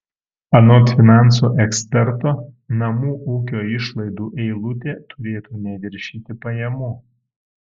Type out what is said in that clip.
anot finansų eksperto namų ūkio išlaidų eilutė turėtų neviršyti pajamų